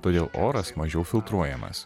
todėl oras mažiau filtruojamas